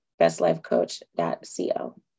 bestlifecoach.co